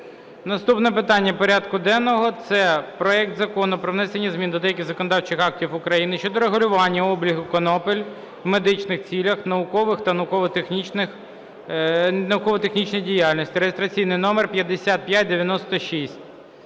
Наступне питання порядку денного, це проект Закону про внесення змін до деяких законодавчих актів України щодо регулювання обігу конопель в медичних цілях, науковій та науково-технічній діяльності (реєстраційний номер 5596,